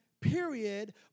period